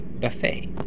buffet